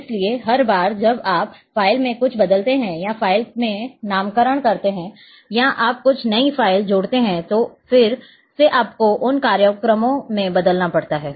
इसलिए हर बार जब आप फ़ाइल में कुछ बदलते हैं या फ़ाइल में नामकरण करते हैं या आप कुछ नई फ़ाइल जोड़ते हैं तो फिर से आपको उन कार्यक्रमों में बदलना पड़ता है